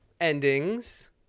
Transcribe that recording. endings